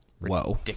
whoa